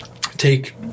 take